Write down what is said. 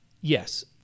yes